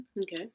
okay